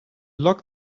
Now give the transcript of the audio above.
locked